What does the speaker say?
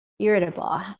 irritable